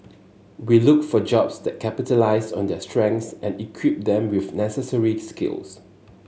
we look for jobs that capitalise on their strengths and equip them with necessary skills